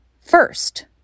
first